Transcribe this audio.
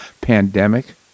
pandemic